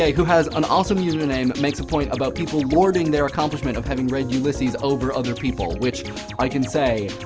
ah who has an awesome username, makes a point about people lording their accomplishment of having read ulysses over other people, which i can say,